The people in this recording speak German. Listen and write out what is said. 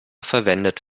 verwendet